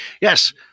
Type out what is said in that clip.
Yes